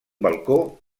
balcó